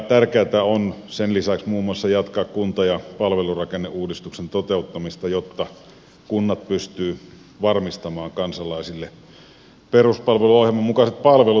tärkeätä on sen lisäksi muun muassa jatkaa kunta ja palvelurakenneuudistuksen toteuttamista jotta kunnat pystyvät varmistamaan kansalaisille peruspalveluohjelman mukaiset palvelut